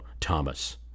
Thomas